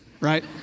right